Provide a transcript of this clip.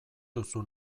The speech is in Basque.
duzu